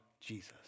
Jesus